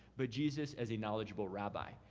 but jesus as a knowledgeable rabbi.